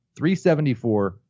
374